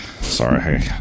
Sorry